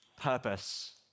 purpose